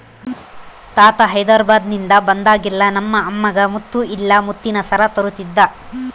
ತಾತ ಹೈದೆರಾಬಾದ್ನಿಂದ ಬಂದಾಗೆಲ್ಲ ನಮ್ಮ ಅಮ್ಮಗ ಮುತ್ತು ಇಲ್ಲ ಮುತ್ತಿನ ಸರ ತರುತ್ತಿದ್ದ